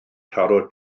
taro